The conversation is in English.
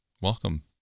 welcome